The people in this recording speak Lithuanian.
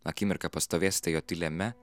akimirką pastovėsite jo tyliame